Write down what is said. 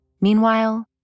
Meanwhile